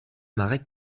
marek